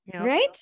Right